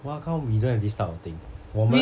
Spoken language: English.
how come we don't have this kind of thing 我们